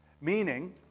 meaning